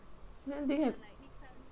ha they have